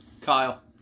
Kyle